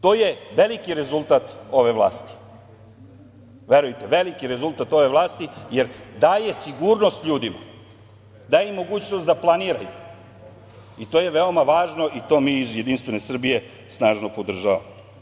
To je veliki rezultat ove vlasti, verujte, veliki rezultat ove vlasti, jer daje sigurnost ljudima, daje im mogućnost da planiraju i to je veoma važno i to mi iz JS snažno podržavamo.